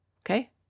Okay